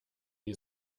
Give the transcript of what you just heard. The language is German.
die